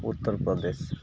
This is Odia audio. ଉତ୍ତରପ୍ରଦେଶ